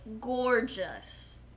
gorgeous